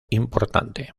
importante